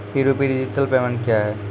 ई rupee digital payment क्या हैं?